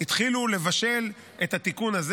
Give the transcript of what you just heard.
התחילו לבשל את התיקון הזה.